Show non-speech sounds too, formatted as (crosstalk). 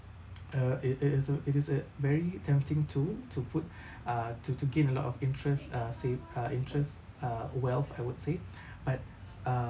uh it it is a it is a very tempting to to put (breath) uh to to gain a lot of interest uh save uh interest uh wealth I would say (breath) but